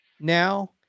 now